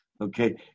Okay